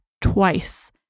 twice